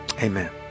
Amen